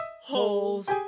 holes